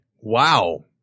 Wow